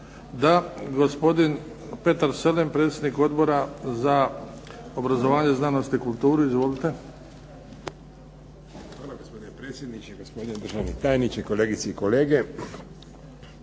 Da. Gospodin Petar Selem, predsjednik Odbora za obrazovanje, znanost i kulturu. Izvolite. **Selem, Petar (HDZ)** Hvala, gospodine predsjedniče. Gospodine državni tajniče, kolegice i kolege.